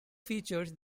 features